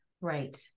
Right